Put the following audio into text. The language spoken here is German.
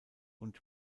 und